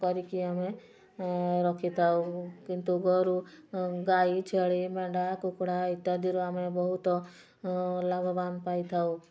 କରିକି ଆମେ ରଖିଥାଉ କିନ୍ତୁ ଗୋରୁ ଗାଈ ଛେଳି ମେଣ୍ଢା କୁକୁଡ଼ା ଇତ୍ୟାଦିର ଆମେ ବହୁତ ଲାଭବାନ ପାଇଥାଉ